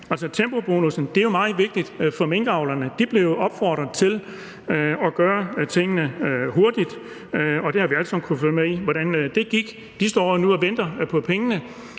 Tempobonussen er jo meget vigtig for minkavlerne. De blev jo opfordret til at gøre tingene hurtigt, og der har vi alle sammen kunnet følge med i, hvordan det gik, og de står nu og venter på pengene